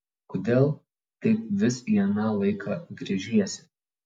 kodėl taip vis į aną laiką gręžiesi